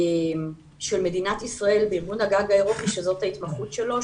של מדינת ישראל בארגון הגג האירופי שזאת ההתמחות שלו.